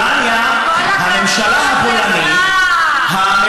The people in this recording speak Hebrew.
בפולניה הממשלה הפולנית, כל הכבוד לך, כל הכבוד.